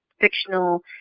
fictional